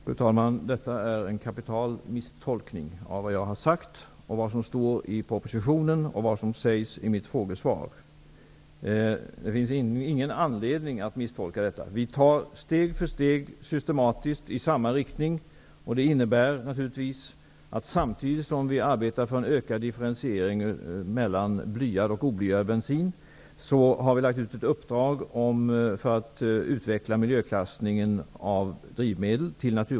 Fru talman! Detta är en kapital misstolkning av vad jag har sagt, av vad som står i propositionen och av vad som sägs i mitt frågesvar. Det finns ingen anledning att misstolka detta. Vi tar systematiskt steg för steg i samma riktning. Det innebär naturligtvis att vi, samtidigt som vi arbetar för en ökad differentiering mellan blyad och oblyad bensin, har givit Naturvårdsverket i uppdrag att utreda miljöklassningen av drivmedel.